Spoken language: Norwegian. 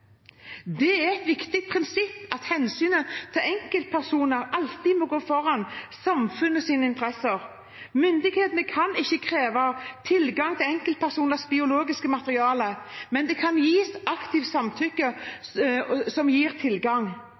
Det er et viktig prinsipp at hensynet til enkeltpersoner alltid må gå foran samfunnets interesser. Myndighetene kan ikke kreve tilgang til enkeltpersoners biologiske materiale, men det kan gis aktivt samtykke som gir tilgang.